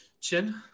Chin